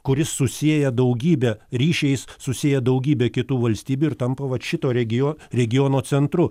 kuri susieja daugybę ryšiais susieja daugybę kitų valstybių ir tampa vat šito regio regiono centru